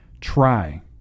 Try